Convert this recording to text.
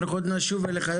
אנחנו עוד נשוב אליך.